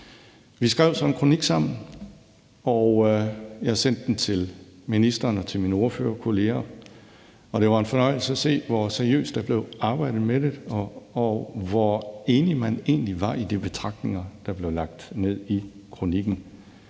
Vi skrev så en kronik sammen, og jeg sendte den til ministeren og til mine ordførerkolleger, og det var en fornøjelse at se, hvor seriøst der blev arbejdet med det, og hvor enige man egentlig var i de betragtninger, der blev lagt ned i kronikken,